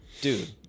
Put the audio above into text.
dude